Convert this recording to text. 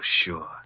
sure